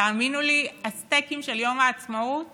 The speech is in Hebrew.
תאמינו לי, הסטייקים של יום העצמאות